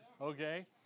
okay